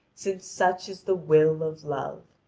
since such is the will of love.